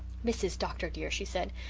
mrs. dr. dear she said,